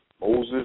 Moses